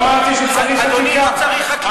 לא אמרתי שצריך חקיקה.